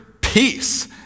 peace